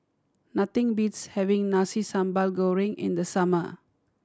nothing beats having Nasi Sambal Goreng in the summer